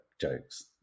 jokes